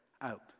out